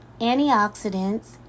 antioxidants